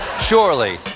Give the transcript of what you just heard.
Surely